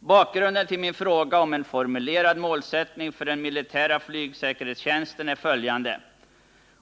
Bakgrunden till min fråga om en formulerad målsättning för den militära flygsäkerhetstjänsten är följande.